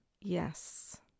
Yes